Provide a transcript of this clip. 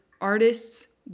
artists